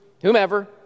whomever